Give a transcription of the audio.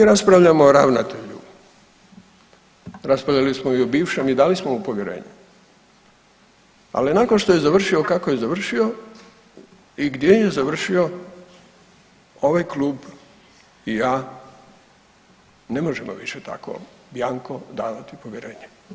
E sad, mi raspravljamo o ravnatelju, raspravljali smo i o bivšem i dali smo mu povjerenje, ali nakon što je završio kako je završio i gdje je završio, ovaj Klub i ja ne možemo više tako bjanko davati povjerenje.